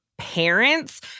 parents